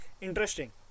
interesting